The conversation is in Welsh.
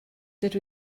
dydw